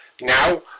Now